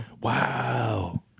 Wow